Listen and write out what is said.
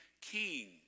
king